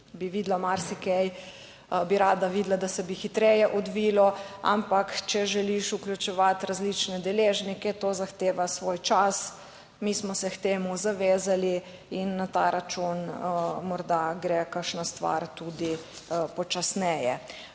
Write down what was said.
bi videla, marsikaj bi rada videla, da se bi hitreje odvilo, ampak če želiš vključevati različne deležnike, to zahteva svoj čas. Mi smo se k temu zavezali in na ta račun morda gre kakšna stvar tudi počasneje.